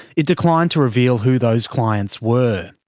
it declined to reveal who those clients were.